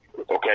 Okay